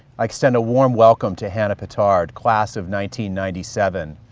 i extend a warm welcome to hannah pittard, class of ninety ninety seven,